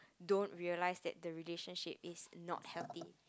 don't realise that the relationship is not healthy